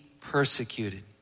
persecuted